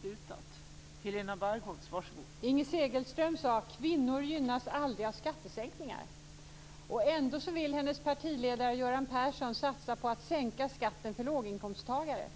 Fru talman! Inger Segelström sade: Kvinnor gynnas aldrig av skattesänkningar. Ändå vill hennes partiledare Göran Persson satsa på att sänka skatten för låginkomsttagare.